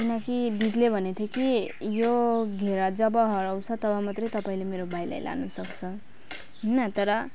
किनकि दिदीले भनेथ्यो कि यो घेरा जब हराउँछ तब मात्रै तपाईँले मेरो भाइलाई लानु सक्छ होइन तर